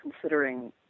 considering